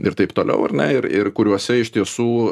ir taip toliau ar ne ir ir kuriuose iš tiesų